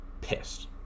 pissed